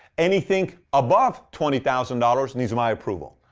anything above twenty thousand dollars needs my approval.